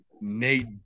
Nate